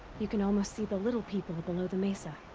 you can almost see the little people below the mesa.